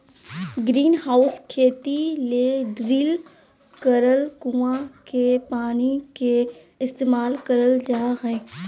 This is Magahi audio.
ग्रीनहाउस खेती ले ड्रिल करल कुआँ के पानी के इस्तेमाल करल जा हय